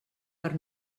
per